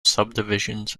subdivisions